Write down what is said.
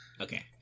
Okay